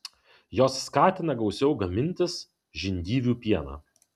jos skatina gausiau gamintis žindyvių pieną